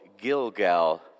Gilgal